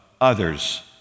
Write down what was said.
others